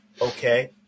Okay